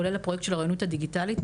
כולל הפרויקט של האוריינות הדיגיטלית,